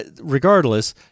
regardless